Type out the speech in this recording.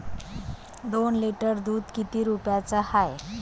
दोन लिटर दुध किती रुप्याचं हाये?